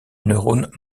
neurones